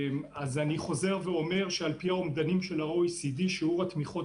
חוזר ואומר שעל-פי אומדנים של ה-OECD שיעור התמיכות